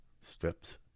Steps